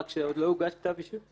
רק שעוד לא הוגש כתב אישום.